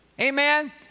Amen